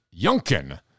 Yunkin